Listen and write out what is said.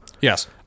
Yes